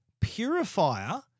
purifier